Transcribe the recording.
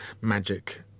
magic